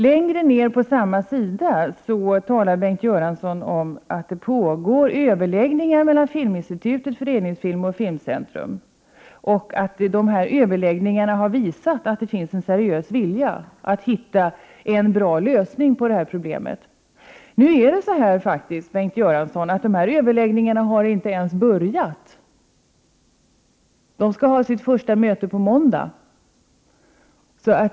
Längre ned på s. 3 talar Bengt Göransson om att det för närvarande pågår överläggningar mellan Filminstitutet, Föreningsfilmo och Filmcentrum och att dessa överläggningar har visat att det finns en seriös vilja att hitta en för alla parter bra lösning på detta problem. Men dessa överläggningar har inte ens börjat, Bengt Göransson. Första sammanträdet skall äga rum på måndag.